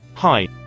Hi